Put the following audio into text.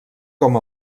com